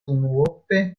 unuope